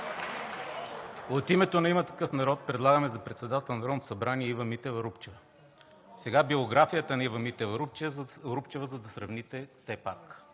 От името на „Има такъв народ“ предлагаме за председател на Народното събрание Ива Митева-Рупчева. Сега, биографията на Ива Митева-Рупчева, за да сравните все